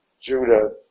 Judah